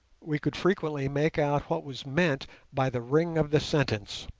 we could frequently make out what was meant by the ring of the sentence.